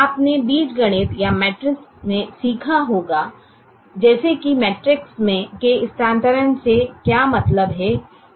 आपने बीजगणित या मैट्रिसेस में सीखा होगा जैसे कि मैट्रिक्स के स्थानांतरण से क्या मतलब है